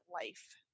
life